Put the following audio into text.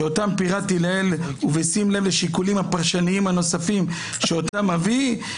שאותם פירטתי לעיל ובשים לב לשיקולים הפרשניים הנוספים שאותם אביא,